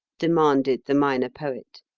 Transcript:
demanded the minor poet.